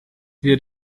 wir